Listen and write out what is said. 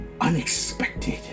unexpected